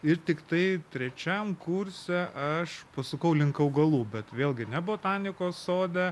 ir tiktai trečiam kurse aš pasukau link augalų bet vėlgi ne botanikos sode